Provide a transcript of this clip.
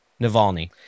Navalny